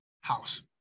house